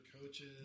coaches